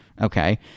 okay